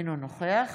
אינו נוכח